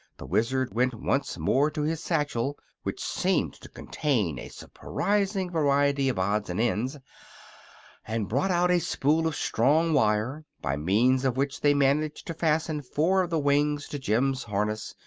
the wizard went once more to his satchel which seemed to contain a surprising variety of odds and ends and brought out a spool of strong wire, by means of which they managed to fasten four of the wings to jim's harness,